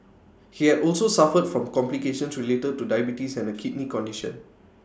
he had also suffered from complications related to diabetes and A kidney condition